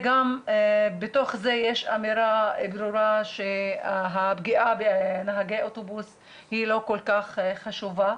בתוך זה יש גם אמירה ברורה שהפגיעה בנהגי אוטובוס היא לא כל כך חשובה.